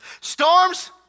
Storms